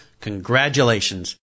congratulations